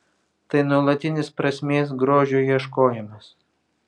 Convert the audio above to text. tai nuolatinis prasmės grožio ieškojimas